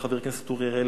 לחבר הכנסת אורי אריאל,